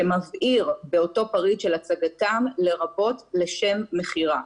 שמבהיר באותו פריט של הצגתם, לרבות לשם מכירה'.